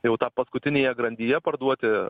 jau paskutinėje grandyje parduoti